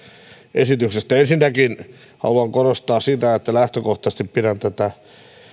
esityksestä ensinnäkin haluan korostaa sitä että lähtökohtaisesti pidän tätä